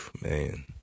man